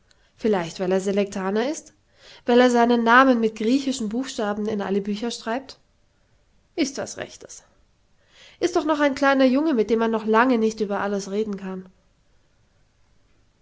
vielleicht weil er selektaner ist weil er seinen namen mit griechischen buchstaben in alle bücher schreibt ist was rechtes ist doch noch ein kleiner junge mit dem man lange noch nicht über alles reden kann